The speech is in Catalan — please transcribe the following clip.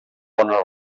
bona